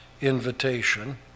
invitation